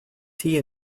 tea